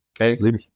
Okay